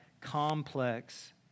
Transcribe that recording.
complex